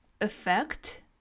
effect